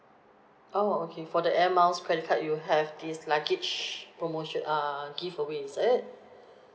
oh okay for the air miles credit card you have this luggage promotion err giveaway is it